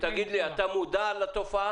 תגיד לי אתה מודע לתופעה?